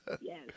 Yes